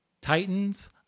Titans